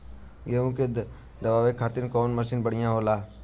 गेहूँ के दवावे खातिर कउन मशीन बढ़िया होला?